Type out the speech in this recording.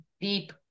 deep